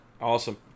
Awesome